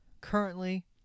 Currently